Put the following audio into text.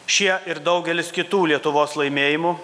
šie ir daugelis kitų lietuvos laimėjimų